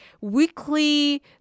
weekly